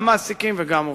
גם מעסיקים וגם עובדים.